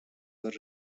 were